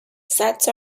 sets